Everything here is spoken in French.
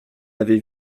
avait